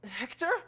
Hector